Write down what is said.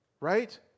right